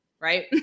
right